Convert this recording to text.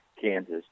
Kansas